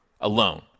alone